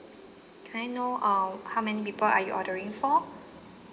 can I know uh how many people are you ordering for